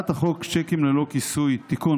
שיקים ללא כיסוי (תיקון,